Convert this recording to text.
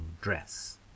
dress